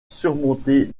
surmontée